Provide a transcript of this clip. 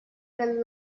could